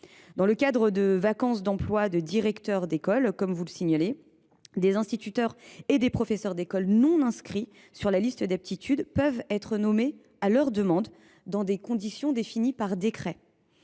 Dans le cadre de vacance d’emplois de directeur d’école, des instituteurs et des professeurs des écoles non inscrits sur la liste d’aptitude peuvent aussi être nommés à leur demande, dans des conditions définies par décret.